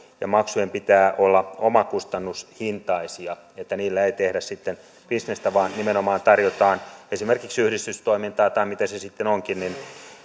ja maksujen pitää olla omakustannushintaisia että niillä ei tehdä sitten bisnestä vaan nimenomaan tarjotaan esimerkiksi yhdistystoimintaan tai mitä se sitten onkin